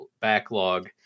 backlog